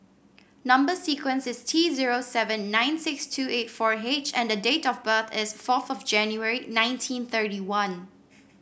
number sequence is T zero seven nine six two eight four H and the date of birth is fourth of January nineteen thirty one